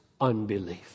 unbelief